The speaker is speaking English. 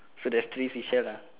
so there's three seashell lah